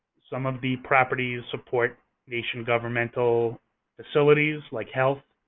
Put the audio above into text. some of the properties support nation governmental facilities like health,